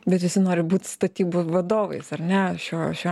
bet visi nori būt statybų vadovais ar ne šiuo šiuo